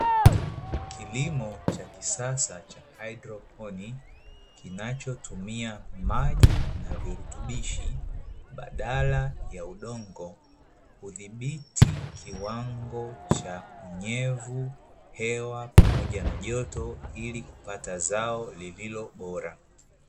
Kilimo cha kisasa cha hydroponi kinachotumia maji na virutubishi badala ya udongo kudhibiti kiwango cha unyevu, hewa pamoja na joto ilikupata zao lililo bora.